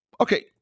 okay